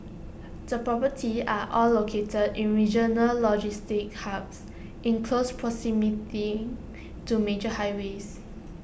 the properties are all located in regional logistics hubs in close proximity to major highways